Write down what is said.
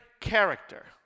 character